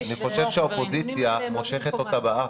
אני חושב שהאופוזיציה מושכת אותה באף.